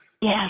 Yes